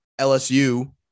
LSU